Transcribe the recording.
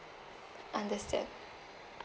understand